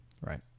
Right